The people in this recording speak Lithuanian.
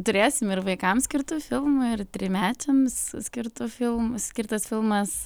turėsim ir vaikams skirtų filmų ir trimečiams skirtų filmų skirtas filmas